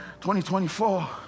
2024